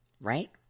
right